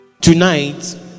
Tonight